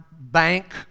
bank